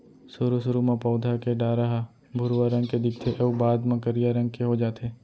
सुरू सुरू म पउधा के डारा ह भुरवा रंग के दिखथे अउ बाद म करिया रंग के हो जाथे